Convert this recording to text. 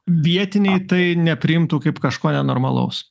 vietiniai tai nepriimtų kaip kažko nenormalaus